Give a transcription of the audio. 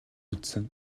үзсэн